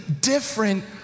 different